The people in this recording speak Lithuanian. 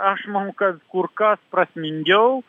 aš manau kad kur kas prasmingiau